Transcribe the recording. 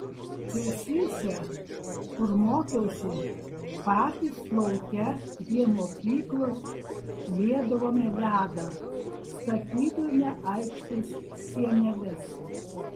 cėsyse kur mokiausi patys lauke prie mokyklos liedavome ledą statydavome aikštės sieneles